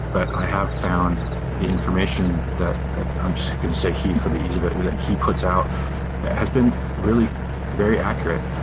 but i have found the information that that i'm just going to say he for the ease of it, that he puts out has been really very accurate.